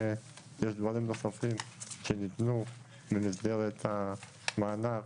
שיש דברים נוספים שניתנו במסגרת המענק,